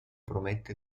promette